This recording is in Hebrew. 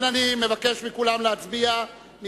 אני מבקש מכולם להצביע.